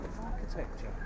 Architecture